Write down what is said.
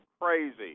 crazy